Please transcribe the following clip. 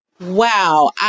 Wow